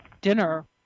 dinner